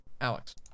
alex